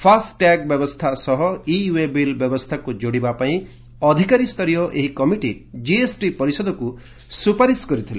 FASTag ବ୍ୟବସ୍ଥା ସହ e waybill ବ୍ୟବସ୍ଥାକୁ ଯୋଡ଼ିବା ପାଇଁ ଅଧିକାରୀସ୍ତରୀୟ ଏହି କମିଟି କିଏସ୍ଟି ପରିଷଦକୁ ସୁପାରିଶ କରିଥିଲେ